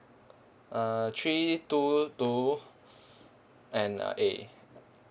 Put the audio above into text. uh three two two and uh A